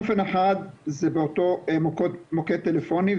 אופן אחד זה באותו מוקד טלפוני,